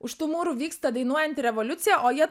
už tų mūrų vyksta dainuojanti revoliucija o jie